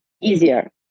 easier